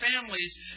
families